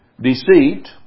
deceit